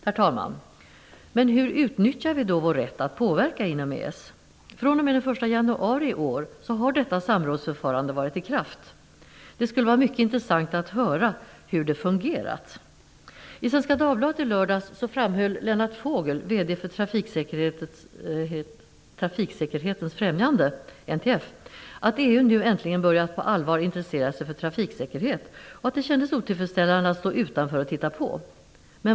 Herr talman! Hur utnyttjar vi då vår rätt att påverka inom EES? fr.o.m. den 1 januari i år har detta samrådsförfarande varit i kraft. Det skulle vara intressant att höra hur det har fungerat. I Svenska Dagbladet i lördags framhöll Lennart att EU nu äntligen börjat på allvar intressera sig för trafiksäkerhet och att det kändes otillfredsställande att stå utanför och titta på.